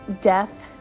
death